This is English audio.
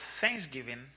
thanksgiving